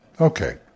Okay